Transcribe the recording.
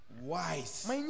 Wise